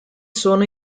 sono